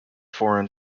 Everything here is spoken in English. foreign